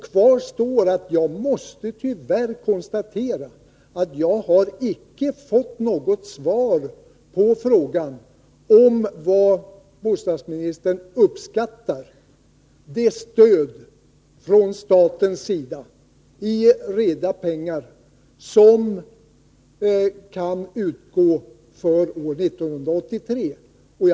Kvar står att jag tyvärr måste konstatera att jag inte har fått något svar på frågan om hur stort bostadsministern uppskattar att det statliga stödet för 1983 i reda pengar kan bli.